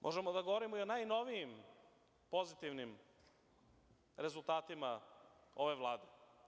Možemo da govorimo i o najnovijim pozitivnim rezultatima ove Vlade.